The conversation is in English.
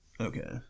Okay